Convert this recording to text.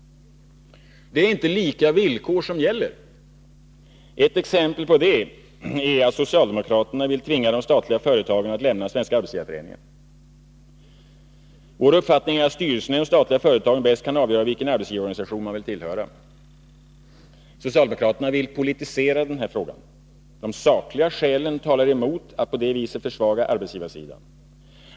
Det är inte lika villkor som gäller. Ett exempel på det är att socialdemokraterna vill tvinga de statliga företagen att lämna Svenska arbetsgivareföreningen. Vår uppfattning är att styrelserna i de statliga företagen bäst kan avgöra vilken arbetsgivarorganisation man vill tillhöra. Socialdemokraterna vill politisera denna fråga. De sakliga skälen talar emot att man på det viset skulle försvaga arbetsgivarsidan.